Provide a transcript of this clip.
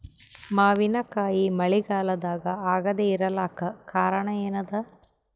ಮಾವಿನಕಾಯಿ ಮಳಿಗಾಲದಾಗ ಆಗದೆ ಇರಲಾಕ ಕಾರಣ ಏನದ?